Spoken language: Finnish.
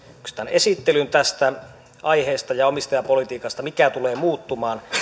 esittelyn tästä aiheesta ja omistajapolitiikasta mikä tulee muuttumaan